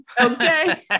Okay